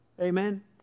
Amen